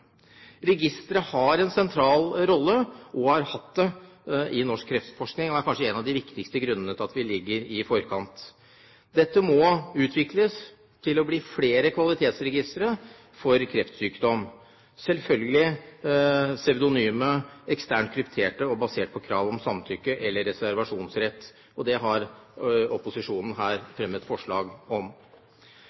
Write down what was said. Registeret har en sentral rolle – og har hatt det – i norsk kreftforskning, og er kanskje en av de viktigste grunnene til at vi ligger i forkant. Dette må utvikles til å bli flere kvalitetsregistre for kreftsykdom. De skal selvfølgelig være pseudonyme, eksternt krypterte og basert på krav om samtykke eller reservasjonsrett. Det har opposisjonen fremmet forslag om.